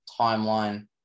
timeline